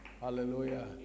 Hallelujah